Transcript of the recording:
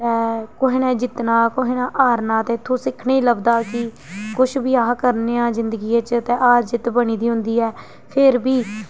ते कुहै ने जित्तना कुहै ने हारना ते इत्थुं सिक्खने गी लभदा हा कि कुछ बी अस करने आं जिंदगी च ते हार जित्त बनी दी होंदी ऐ फिर बी